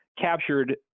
captured